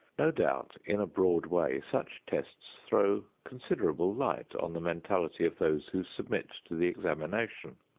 no doubt in a broad way such tests throw considerable light on the mentality of those who submit to the examination.